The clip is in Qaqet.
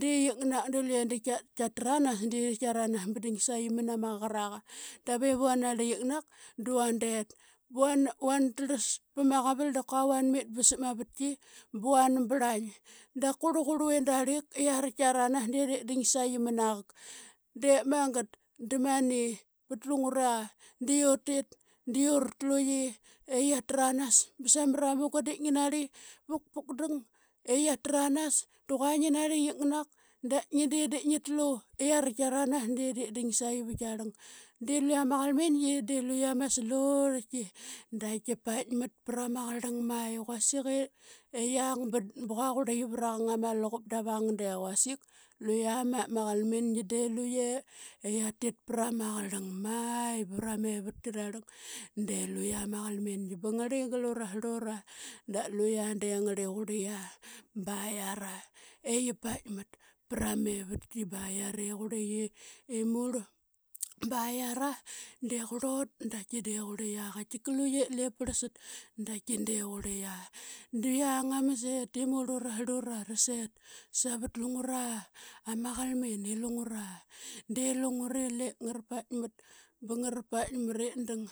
de qiknak de da kia, kia tranas de qia ranas ba ding sa qi manama qaqaraqae. Davivan narli qiknak du vandet ba vana. van trlas pa ma qaval da kua van mil ba sap ma vatki ba van brlaing dap kurl aa qurluvin darlik i aritk kia ranas de di ding sa qi. manaqak. Diip mangat da mani vat lungura di utit di uru tlu qi i qia tranas ba samra ma munga de ngi narli vukpukdang i qia tranas da qua ngi. narli qiknak. Da ngi de di ngi tlu i aritk kia ranas de di dingsaqi va giarlang de luqia ma qalmingi de luqe ama slurlki da kia paikmat pra ma qarlang mai. I quasik i qilang ba qua qurli qi vra qang ama luqup dava qang de quasik, luqia ma qalmingi de luqe i qia tit pra ma qarlang mai ba vara ma evatki rarlang de luqia ma qalmingi. Ba ngarli gal ura srlura da luqia de ngarlie qurli qia ba yiara i qi paikmat pra me vatki ba yiari qurli qi i murl ba yiara de qurlut da ki de qurli qia qaitikal luqe liip parl sat da ki de qurli yia. Da yiang ama sit i murl ura srlura ra set sawat lungura ama qalmin i lungura de lungure i lip ngara paikmat ba ngara paikmat i dang.